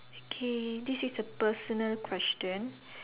okay this is a personal question